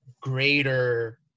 greater